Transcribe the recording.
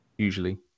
usually